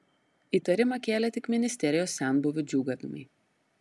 įtarimą kėlė tik ministerijos senbuvių džiūgavimai